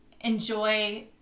enjoy